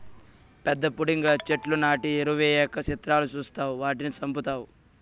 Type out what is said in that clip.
పెద్ద పుడింగిలా చెట్లు నాటి ఎరువెయ్యక సిత్రాలు సూస్తావ్ వాటిని సంపుతావ్